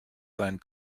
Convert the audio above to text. seinen